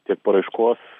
tiek paraiškos